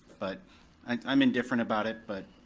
but i'm indifferent about it, but.